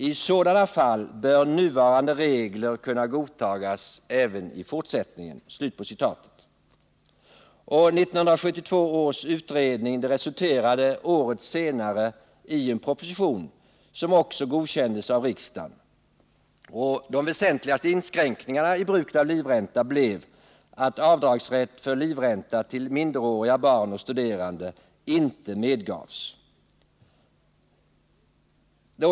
I sådana fall bör nuvarande regler kunna godtas även i fortsättningen.” 1972 års utredning resulterade året efteråt i en proposition som också godkändes av riksdagen. De väsentligaste inskränkningarna i bruket av livränta blev att avdragsrätt för livränta till minderåriga barn och studerande inte medgavs.